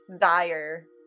dire